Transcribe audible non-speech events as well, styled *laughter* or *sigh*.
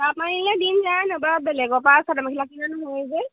তাৰ পৰা আনিলে দিন যায়নে বাৰু বেলেগৰ পৰা চাদৰ মেখেলা *unintelligible* নহয় যে